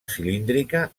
cilíndrica